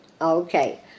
Okay